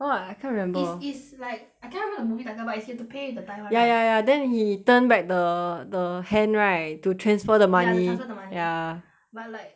!wah! I can't remember is is like I can't remember the movie title but is you have to with the time [one] right ya ya ya then he turned back the the hand right to transfer the money ya the transfer the money ya but like